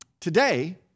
Today